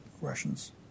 Russians